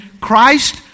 Christ